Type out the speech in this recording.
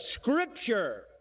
Scripture